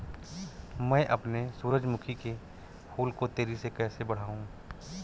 मैं अपने सूरजमुखी के फूल को तेजी से कैसे बढाऊं?